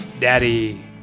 daddy